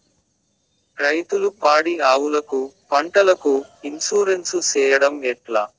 రైతులు పాడి ఆవులకు, పంటలకు, ఇన్సూరెన్సు సేయడం ఎట్లా?